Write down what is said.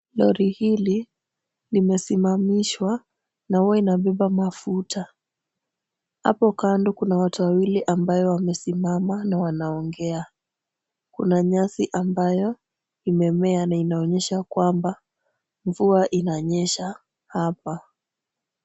Lori hili limesimamishwa na huwa inabeba mafuta. Hapo kando kuna watu wawili ambayo wamesimama na wanaongea. Kuna nyasi ambayo imemea na inaonyesha kwamba mvua inanyesha hapa.